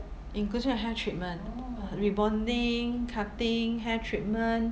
inclusive of hair treatment rebonding cutting hair treatment